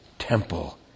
temple